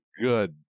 good